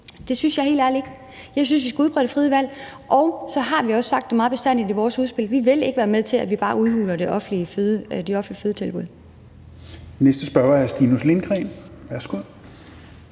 Det synes jeg helt ærligt ikke det skal være. Jeg synes, vi skal udbrede det frie valg, og så har vi også sagt det meget bastant i vores udspil: Vi vil ikke være med til, at vi bare udhuler de offentlige fødetilbud. Kl. 16:15 Tredje næstformand (Rasmus